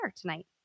tonight